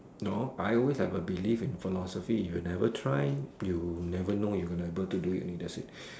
know I always have a belief in philosophy if you never try you never know you gonna able to do it only that's it